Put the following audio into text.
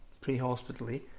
pre-hospitally